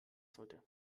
sollte